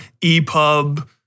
EPUB